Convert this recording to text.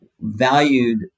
valued